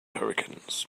hurricanes